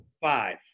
five